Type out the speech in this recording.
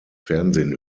fernsehen